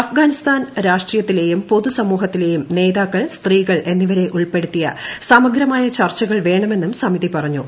അഫ്ഗാനിസ്ഥാൻ രാഷ്ട്രീയത്തിലെയും പൊതു സമൂഹത്തിലെയും നേതാക്കൾ സ്ത്രീകൾ എന്നിവരെ ഉൾപ്പെടുത്തിയ സമഗ്രമായ ചർച്ചകൾ വേണമെന്നും സമിതി പറഞ്ഞു